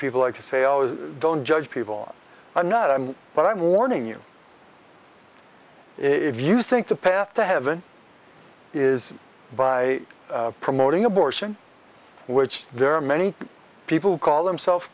people like to say i was don't judge people i know but i'm warning you if you think the path to heaven is by promoting abortion which there are many people who call themselves